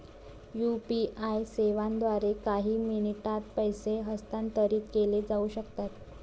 UPI सेवांद्वारे काही मिनिटांत पैसे हस्तांतरित केले जाऊ शकतात